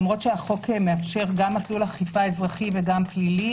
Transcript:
למרות שהחוק מאפשר גם מסלול אכיפה אזרחי וגם פלילי,